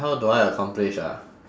how do I accomplish ah